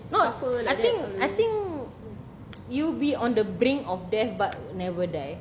not I think I think you'll be on the brink of death but never die